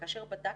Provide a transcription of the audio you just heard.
כאשר בדקנו,